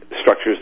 structures